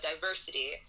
diversity